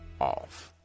off